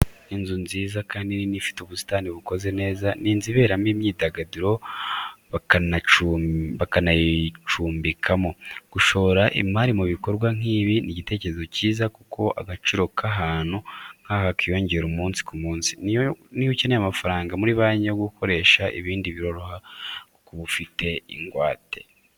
Inzu nziza kandi nini, ifite ubusitani bukoze neza, ni inzu iberamo imyidagaduro bakana yicumbika mo. Gushora imari mu bikorwa nk'ibi ni igitekerezo kiza kuko agaciro k'ahantu nk'aha kiyongera umunsi ku munsi, niyo ukeneye amafaranga muri banki yo gukoresha ibindi biroroha kuko uba ufite ingwate.